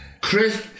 Chris